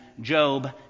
Job